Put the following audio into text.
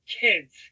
kids